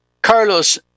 Carlos